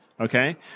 Okay